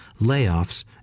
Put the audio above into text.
layoffs